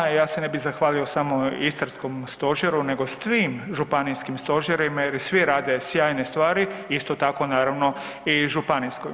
Hvala vama, ja se ne bih zahvalio samo istarskom stožeru nego svim županijskim stožerima jer svi rade sjajne stvari, isto tako naravno i županijski.